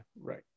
Right